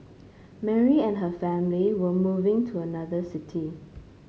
Mary and her family were moving to another city